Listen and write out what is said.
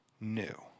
new